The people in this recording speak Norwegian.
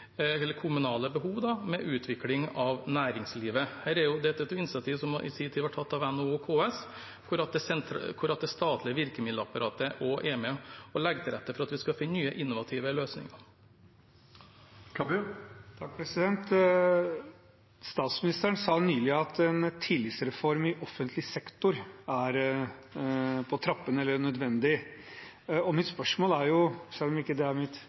kommunale behov med utvikling av næringslivet. Dette er et initiativ som i sin tid ble tatt av NHO og KS, hvor det statlige virkemiddelapparatet også er med og legger til rette for å finne nye, innovative løsninger. Statsministeren sa nylig at en tillitsreform i offentlig sektor er nødvendig. Og selv om det ikke er mitt hovedspørsmål i dette spørretimespørsmålet, må jeg spørre om det også gjelder tilliten til vanlige folk. La meg illustrere dette med et eksempel: Det